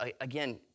again